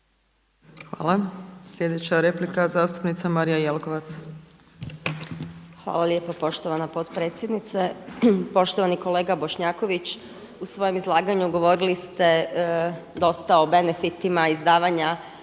Hvala. Sljedeća replika zastupnica Marija Jelkovac. **Jelkovac, Marija (HDZ)** Hvala lijepa poštovana potpredsjednice. Poštovani kolega Bošnjaković u svojem izlaganju govorili ste dosta o benefitima izdavanja